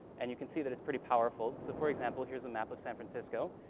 and you can see that it's pretty powerful. so for example, here's a map of san francisco.